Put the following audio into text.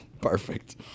perfect